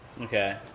Okay